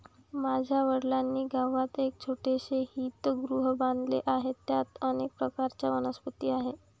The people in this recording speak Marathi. माझ्या वडिलांनी गावात एक छोटेसे हरितगृह बांधले आहे, त्यात अनेक प्रकारच्या वनस्पती आहेत